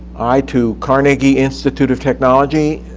i to carnegie institute of technology,